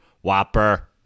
whopper